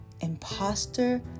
imposter